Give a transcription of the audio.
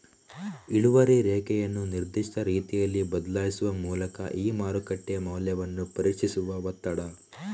ಇಳುವರಿ ರೇಖೆಯನ್ನು ನಿರ್ದಿಷ್ಟ ರೀತಿಯಲ್ಲಿ ಬದಲಾಯಿಸುವ ಮೂಲಕ ಈ ಮಾರುಕಟ್ಟೆ ಮೌಲ್ಯವನ್ನು ಪರೀಕ್ಷಿಸುವ ಒತ್ತಡ